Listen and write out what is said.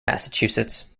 massachusetts